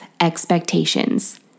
expectations